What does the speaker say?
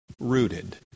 rooted